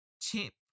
Chip